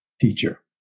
teacher